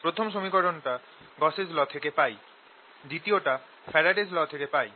প্রথম সমীকরণটা Gauss's law Gausss law থেকে পাই দ্বিতীয়টা ফ্যারাডেস ল Faradays law থেকে পাই